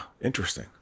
Interesting